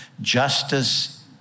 justice